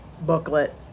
booklet